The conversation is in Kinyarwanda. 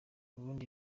ubundi